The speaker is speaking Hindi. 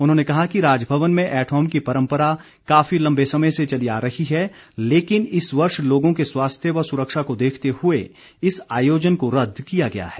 उन्होंने कहा कि राजभवन में ऐट होम की परंपरा काफी लंबे समय से चली आ रही है लेकिन इस वर्ष लोगों के स्वास्थ्य व सुरक्षा को देखते हुए इस आयोजन को रद्द किया गया है